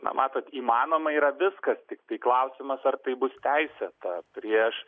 na matot įmanoma yra viskas tiktai klausimas ar tai bus teisėta prieš